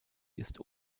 ist